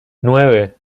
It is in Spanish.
nueve